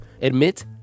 admit